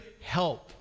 Help